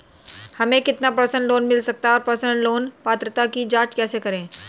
हमें कितना personal loan मिल सकता है और पर्सनल लोन पात्रता की जांच कैसे करें?